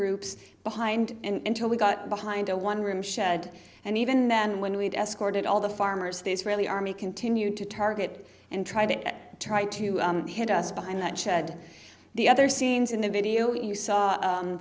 groups behind and till we got behind a one room shed and even then when we'd escorted all the farmers the israeli army continued to target and try to get try to hit us behind that shed the other scenes in the video you saw